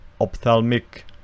ophthalmic